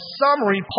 summary